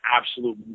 absolute